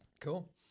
Cool